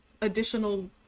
additional